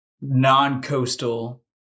non-coastal